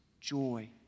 joy